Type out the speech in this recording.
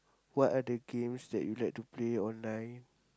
what are the games that you like to play online